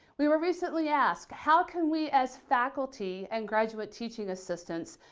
we were recently asked, how can we, as faculty and graduate teaching assistants,